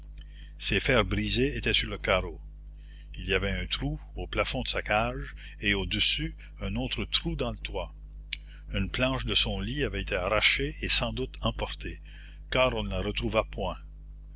ses fers brisés étaient sur le carreau il y avait un trou au plafond de sa cage et au-dessus un autre trou dans le toit une planche de son lit avait été arrachée et sans doute emportée car on ne la retrouva point